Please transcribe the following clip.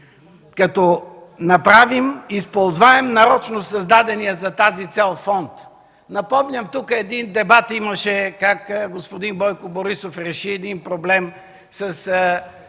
като направим използваем нарочно създадения за тази цел фонд. Напомням, тук имаше един дебат как господин Бойко Борисов реши един проблем с